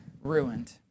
ruined